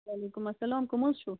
وعلیکُم اسلام کُم حظ چھِو